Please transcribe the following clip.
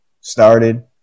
started